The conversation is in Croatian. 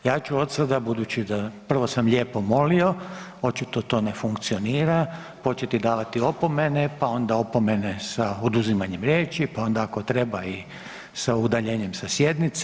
Ja ću od sada budući da, prvo sam lijepo molio, očito to ne funkcionira početi davati opomene, pa onda opomene sa oduzimanjem riječi, pa onda ako treba i sa udaljenjem sa sjednice.